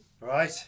Right